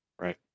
Right